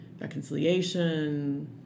reconciliation